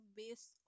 based